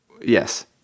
Yes